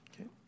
okay